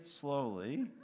slowly